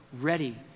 ready